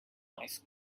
ice